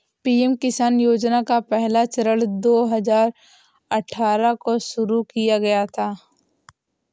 PM Kisan योजना का पहला चरण दो हज़ार अठ्ठारह को शुरू किया गया था